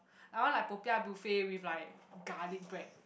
I want like popiah buffet with like garlic bread